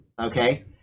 Okay